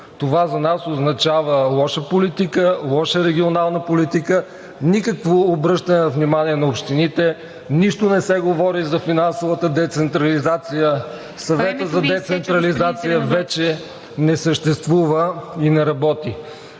Това за нас означава лоша политика, лоша регионална политика, никакво обръщане на внимание на общините, нищо не се говори за финансовата децентрализация, Съвета за децентрализация вече не съществува и не работи.